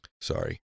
sorry